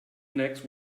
next